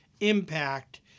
impact